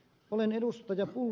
olen ed